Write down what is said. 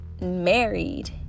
married